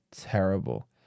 terrible